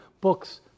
books